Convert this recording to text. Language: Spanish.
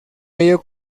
ello